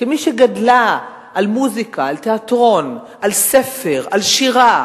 כמי שגדלה על מוזיקה, תיאטרון, ספר ושירה,